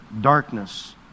darkness